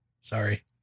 Sorry